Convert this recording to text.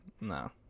No